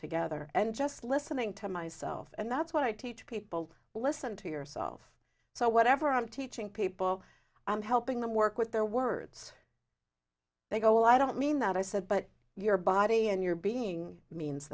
together and just listening to myself and that's what i teach people listen to yourself so whatever i'm teaching people i'm helping them work with their words they go well i don't mean that i said but your body and your being means